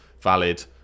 valid